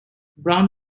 brown